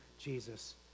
Jesus